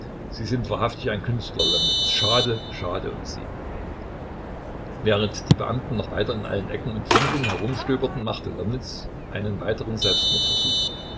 sie sind wahrhaftig ein künstler lomnitz schade schade um sie während die beamten noch weiter in allen ecken und winkeln herumstöberten machte lomnitz einen weiteren selbstmordversuch